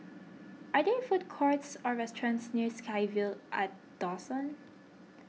are there food courts or restaurants near SkyVille at Dawson